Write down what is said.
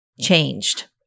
changed